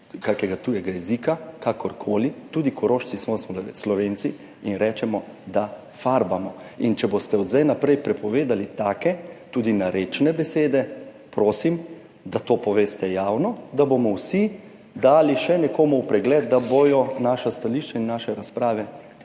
kakega tujega jezika, kakorkoli. Tudi Korošci smo Slovenci in rečemo, da farbamo. In če boste od zdaj naprej prepovedali take, tudi narečne besede, prosim, da to poveste javno, da bomo vsi dali še nekomu v pregled, da bodo naša stališča in naše razprave